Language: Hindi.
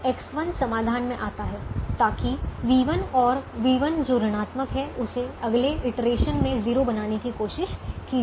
तो X1 समाधान में आता है ताकि यह v1 जो ऋणात्मक है उसे अगले इटरेशन में 0 बनाने की कोशिश की जा सके